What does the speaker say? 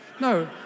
No